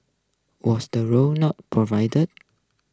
was the route not provide